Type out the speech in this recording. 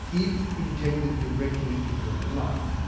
if injected directly into the blood.